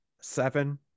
seven